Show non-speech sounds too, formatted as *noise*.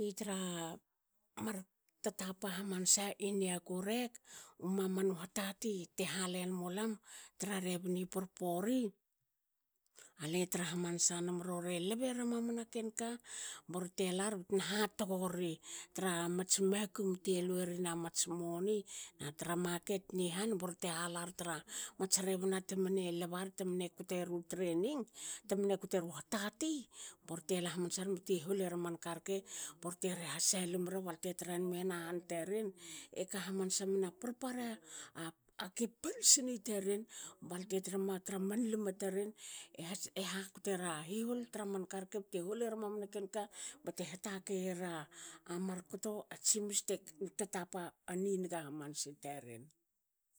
I tra *hesitation* mar tatapa hamansa i niaku rek. mamanu hatati te halen mulam tra rebni porpori. ale tra hamansa numm rore lbera mamani ken ka. borte lar btna hatogori tra mats makum te luerrin amats moni natra maket ni han borte halartra mats rebna temne lbar temne koteru training temne koteru hatati borte la hamansa rme bte holera manka rke borte *unintelligible* ha salim ru balte tra nmi hana han taren eka hamansa mna par para ake palisni taren. balte trama tra man lme taren e *unintelligible* kotera hihol tra man karke bte holera mamana ken ka bate hatakei era mar kto a tsimus te *unintelligible* tatapa a ni niga hamansa taren.